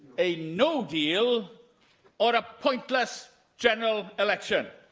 a no deal or a pointless general election.